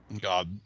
god